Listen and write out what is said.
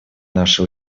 наши